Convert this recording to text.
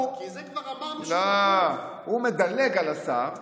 כי זה כבר אמרנו שהוא, הוא מדלג על השר.